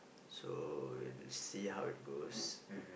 so will see how it goes